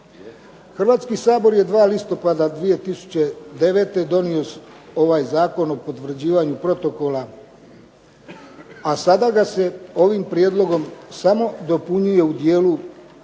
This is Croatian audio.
Hrvatski sabor je 2. listopada 2009. donio ovaj Zakon o potvrđivanju protokola, a sada ga se ovim prijedlogom samo dopunjuje u dijelu dopunskog